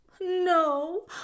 No